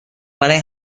برای